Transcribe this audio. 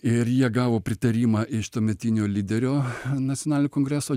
ir jie gavo pritarimą iš tuometinio lyderio nacionalinio kongreso